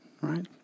right